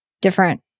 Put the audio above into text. different